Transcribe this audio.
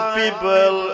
people